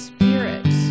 Spirit